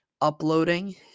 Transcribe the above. uploading